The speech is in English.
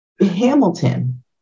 Hamilton